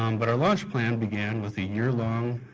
um but our launch plan began with a year-long